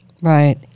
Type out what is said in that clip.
Right